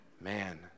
man